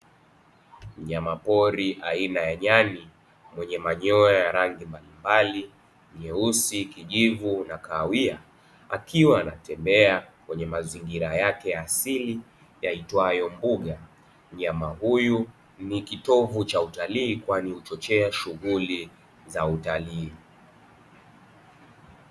Mnyama pori aina ya nyani wenye manyoya ya rangi mbalimbali: nyeusi, kijivu na kahawia akiwa anatembea kwenye mazingira yake ya asili yaitwayo mbuga. Mnyama huyu ni kitovu cha utalii kwani huchochea shughuli za utalii.